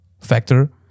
factor